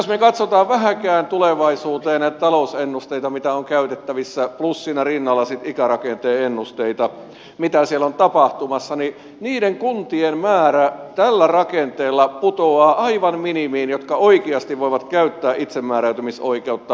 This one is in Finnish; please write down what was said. jos me katsomme vähänkään tulevaisuuteen näitä talousennusteita mitä on käytettävissä plus siinä rinnalla sitten ikärakenteen ennusteita mitä siellä on tapahtumassa niin tällä rakenteella putoaa aivan minimiin niiden kuntien määrä jotka oikeasti voivat käyttää itsemääräämisoikeutta